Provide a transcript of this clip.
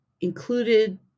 included